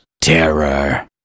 terror